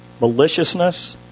maliciousness